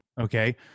Okay